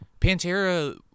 Pantera